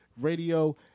Radio